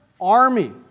army